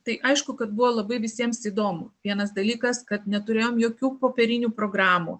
tai aišku kad buvo labai visiems įdomu vienas dalykas kad neturėjom jokių popierinių programų